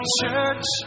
church